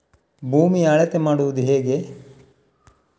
ಭೂಮಿಯ ಅಳತೆ ಮಾಡುವುದು ಹೇಗೆ?